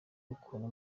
ukuntu